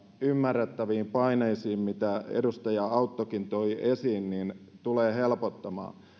ymmärrettäviin paineisiin mitä edustaja auttokin toi esiin tietysti osaltaan tulee helpottamaan